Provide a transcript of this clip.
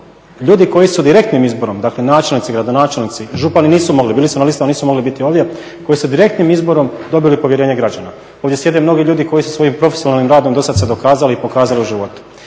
ljudi koji su direktnim izborom dakle načelnici, gradonačelnici, župani nisu mogli, bili su na listi ali nisu mogli biti ovdje koji su direktnim izborom dobili povjerenje građana. Ovdje sjede mnogi ljudi koji su se svojim profesionalnim radom do sada se pokazali i dokazali u životu.